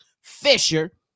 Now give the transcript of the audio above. Fisher